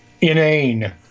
inane